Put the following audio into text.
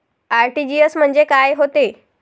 RTGS म्हंजे काय होते?